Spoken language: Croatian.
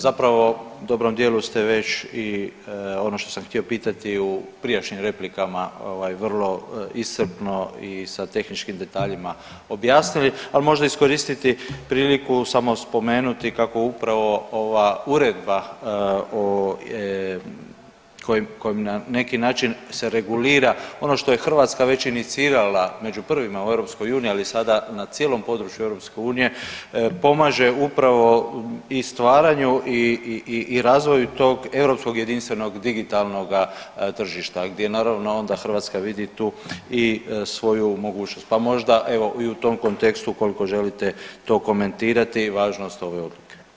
Zapravo u dobrom dijelu ste već i ono što sam htio pitati i u prijašnjim replikama vrlo iscrpno i sa tehničkim detaljima objasnili, ali možda iskoristiti priliku samo spomenuti kako upravo ova uredba o kojom na neki način se regulira ono što je Hrvatska već inicirala među prvima u EU, ali sada na cijelom području EU pomaže upravo i stvaranju i razvoju tog europskog jedinstvenog digitalnoga tržišta gdje naravno onda Hrvatska vidi tu i svoju mogućnost, pa možda evo i u tom kontekstu ukoliko želite to komentirati i važnost ove odluke.